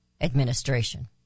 administration